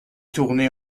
tourné